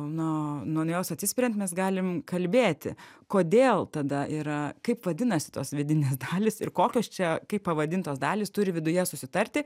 na nuo jos atsispiriant mes galim kalbėti kodėl tada yra kaip vadinasi tos vidinės dalys ir kokios čia kaip pavadintos dalys turi viduje susitarti